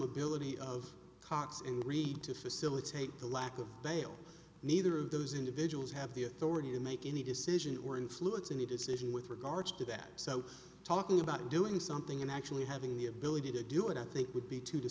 ability of cox and reid to facilitate the lack of bail neither of those individuals have the authority to make any decision or influence any decision with regards to that so talking about doing something and actually having the ability to do it i think would be two